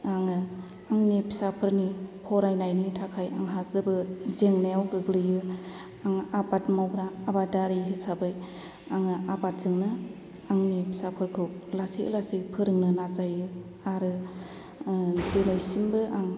आङो आंनि फिसाफोरनि फरायनायनि थाखाय आंहा जोबोर जेंनायाव गोग्लैयो आं आबाद मावग्रा आबादारि हिसाबै आङो आबादजोंनो आंनि फिसाफोरखौ लासै लासै फोरोंनो नाजायो आरो दिनैसिमबो आं